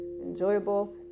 enjoyable